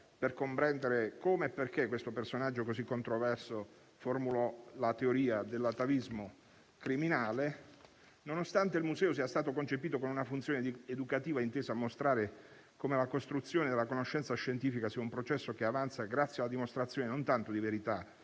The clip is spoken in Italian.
per comprendere come e perché questo personaggio così controverso formulò la teoria dell'atavismo criminale. Il museo è stato concepito con una funzione educativa intesa a mostrare come la costruzione della conoscenza scientifica sia un processo che avanza grazie alla dimostrazione non tanto di verità,